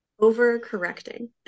Overcorrecting